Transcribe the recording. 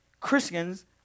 Christians